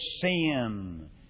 sin